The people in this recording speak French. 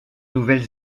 nouvelle